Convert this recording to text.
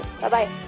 Bye-bye